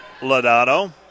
Lodato